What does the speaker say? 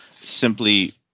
simply